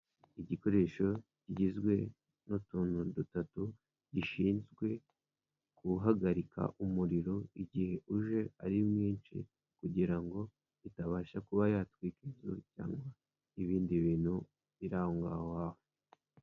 Igikoresho kigizwe n'utuntu dutatu gishinzwe guhagarika umuriro igihe uje ari mwinshi, kugira ngo itabasha kuba yatwika inzu cyangwa ibindi bintu biri aho ngaho hafi.